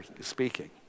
speaking